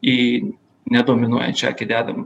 į nedominuojančią akį dedam